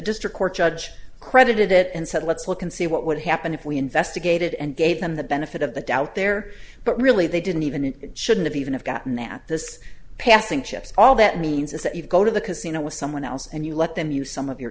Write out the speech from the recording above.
district court judge credited it and said let's look and see what would happen if we investigated and gave them the benefit of the doubt there but really they didn't even shouldn't even have gotten at this passing ships all that means is that you go to the casino with someone else and you let them use some of your